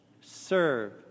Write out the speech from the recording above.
serve